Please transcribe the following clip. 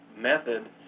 method